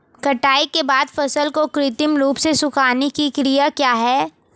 कटाई के बाद फसल को कृत्रिम रूप से सुखाने की क्रिया क्या है?